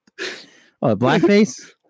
blackface